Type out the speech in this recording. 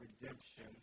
redemption